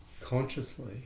consciously